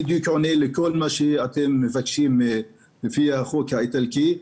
זה עונה בדיוק לכל מה שאתם מבקשים לפי החוק האיטלקי.